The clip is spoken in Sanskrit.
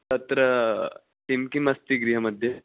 तत्र किं किम् अस्ति गृहमध्ये